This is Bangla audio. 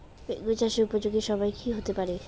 বেগুন চাষের উপযোগী সময় কি হতে পারে?